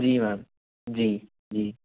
जी ma'am जी जी